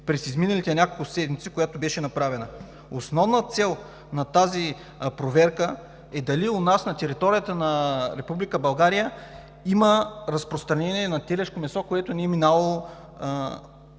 през изминалите няколко седмици, която беше направена. Основна цел на тази проверка е дали у нас, на територията на Република България, има разпространение на телешко месо, което не е минавало тест